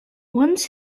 once